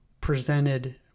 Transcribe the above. presented